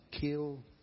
kill